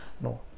No